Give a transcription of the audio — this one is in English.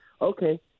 Okay